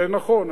זה נכון,